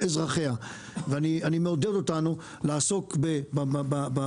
אזרחיה ואני מעודד אותנו לעסוק